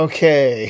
Okay